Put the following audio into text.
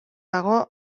dago